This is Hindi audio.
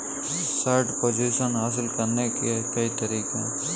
शॉर्ट पोजीशन हासिल करने के कई तरीके हैं